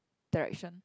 direction